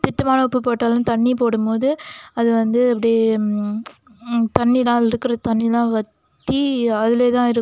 திட்டமான உப்பு போட்டாலும் தண்ணி போடும்போது அது வந்து அப்படியே தண்ணிலாம் அதில் இருக்கிற தண்ணிலாம் வற்றி அதில் தான் இருக்கும்